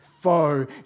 foe